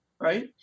right